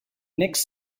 next